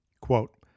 Quote